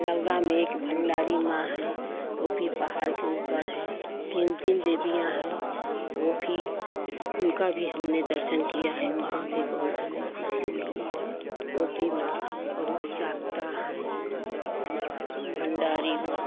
रउरा में एक भण्डारी माँ हैं वो भी पहाड़ के ऊपर है तीन तीन देवियाँ हैं वो भी उनका भी हमने दर्शन किया है वहाँ भी बहुत हमें ख़ुशी मिली है वो भी माँ बहुत जागता हैं माँ भण्डारी माँ